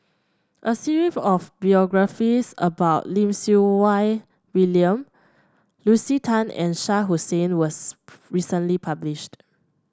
a series of about Lim Siew Wai William Lucy Tan and Shah Hussain was recently published